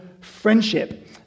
Friendship